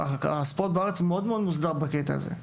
הספורט בארץ הוא מאוד מוסדר, בקטע הזה.